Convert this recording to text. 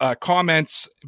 comments